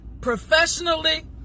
professionally